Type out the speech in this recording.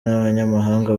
n’abanyamahanga